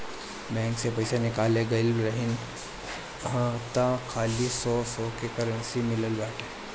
bank से पईसा निकाले गईल रहनी हअ तअ खाली सौ सौ के करेंसी मिलल बाटे